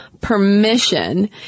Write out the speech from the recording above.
permission